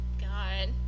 God